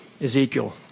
Ezekiel